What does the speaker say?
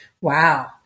Wow